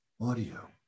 audio